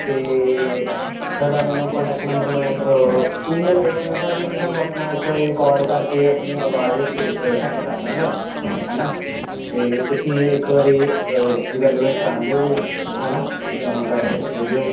ਅਤੇ ਤੁਹਾਡਾ ਮੈਨੂੰ ਕੰਟੈਕਟ ਨੰਬਰ ਮੈਂ ਈਮੇਲ ਆਈਡੀ ਮਿਲ ਸਕਦੀ ਮੈਂ ਤੁਹਾਨੂੰ ਆਪਣਾ ਇੱਕ ਵਾਰੀ ਰਿਕਾਰਡ ਕਰਕੇ ਆਪਣੀ ਆਵਾਜ਼ ਭੇ ਸੈਂਡ ਕਰ ਦਾਂਗਾ ਹੈ ਨਾ ਅਤੇ ਤੁਸੀਂ ਇੱਕ ਵਾਰੀ ਇਵੈਲੂਏਟ ਕਰ ਲਿਓ ਵੀ ਹੈ ਨਾ ਅਤੇ ਮੈਨੂੰ ਗਾਈਡੈਂਸ ਦੇ ਦਿਓ